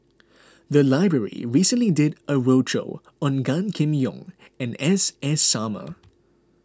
the library recently did a roadshow on Gan Kim Yong and S S Sarma